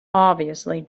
obviously